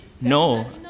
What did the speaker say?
no